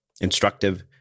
instructive